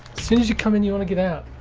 soon as you come in you want to get out.